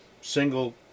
single